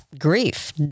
grief